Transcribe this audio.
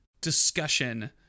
discussion